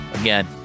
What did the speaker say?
Again